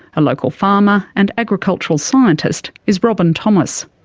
a local farmer and agricultural scientist is robin thomas.